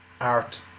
art